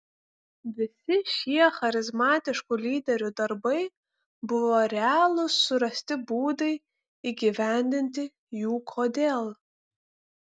visi šie charizmatiškų lyderių darbai buvo realūs surasti būdai įgyvendinti jų kodėl